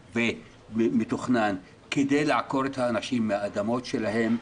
ובמתוכנן כדי לעקור את האנשים מהאדמות שלהם,